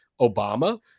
Obama